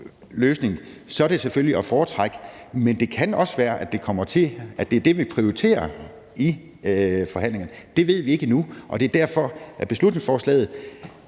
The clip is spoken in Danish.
løsning, er det selvfølgelig at foretrække, men det kan også være, at det kommer til at være det, vi prioriterer i forhandlingerne. Det ved vi ikke endnu. Det er derfor, det er rigtig